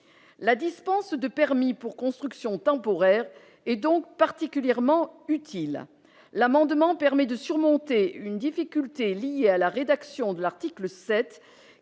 la dispense de permis pour constructions temporaires et donc particulièrement utile l'amendement permet de surmonter une difficulté liée à la rédaction de l'article 7